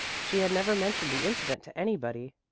she had never mentioned the incident to anybody,